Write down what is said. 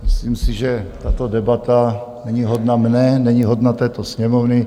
Myslím si, že tato debata není hodna mě, není hodna této Sněmovny.